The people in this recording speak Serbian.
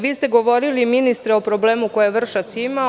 Vi ste govorili ministre o problemu koji je Vršac imao.